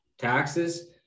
Taxes